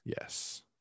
Yes